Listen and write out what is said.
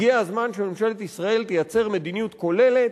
הגיע הזמן שממשלת ישראל תייצר מדיניות כוללת,